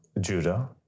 Judah